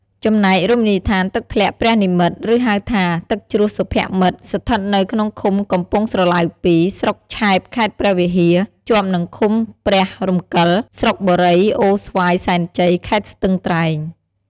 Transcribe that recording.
ចំណែក រមណីយដ្ឋាន«ទឹកធ្លាក់ព្រះនិម្មិត» ឬហៅថា «ទឹកជ្រោះសុភមិត្ត» ស្ថិតនៅក្នុងឃុំកំពង់ស្រឡៅ២ ស្រុកឆែប ខេត្តព្រះវិហារ ជាប់នឹងឃុំព្រះរំកិល ស្រុកបុរីអូស្វាយសែនជ័យ ខេត្តស្ទឹងត្រែង។